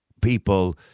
people